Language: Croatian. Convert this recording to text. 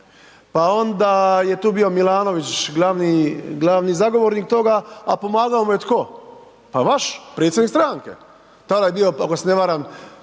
Pa onda je tu bio Milanović glavni zagovornik toga, a pomagao mu je tko? Pa vaš predsjednik stranke. Tada je bio, ako se ne varam,